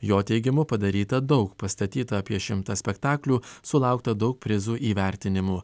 jo teigimu padaryta daug pastatyta apie šimtą spektaklių sulaukta daug prizų įvertinimų